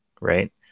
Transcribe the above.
right